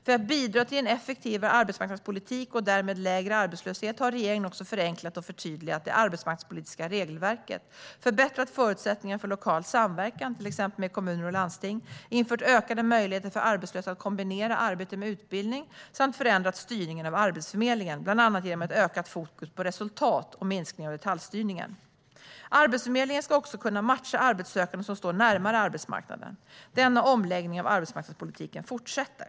För att bidra till en effektivare arbetsmarknadspolitik och därmed lägre arbetslöshet har regeringen också förenklat och förtydligat det arbetsmarknadspolitiska regelverket, förbättrat förutsättningarna för lokal samverkan, till exempel med kommuner och landsting, infört ökade möjligheter för arbetslösa att kombinera arbete med utbildning samt förändrat styrningen av Arbetsförmedlingen, bland annat genom ett ökat fokus på resultat och minskning av detaljstyrningen. Arbetsförmedlingen ska också kunna matcha arbetssökande som står närmare arbetsmarknaden. Denna omläggning av arbetsmarknadspolitiken fortsätter.